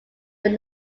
but